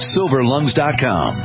SilverLungs.com